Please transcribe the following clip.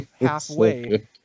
halfway